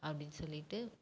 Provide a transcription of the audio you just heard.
அப்படின்னு சொல்லிட்டு